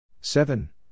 Seven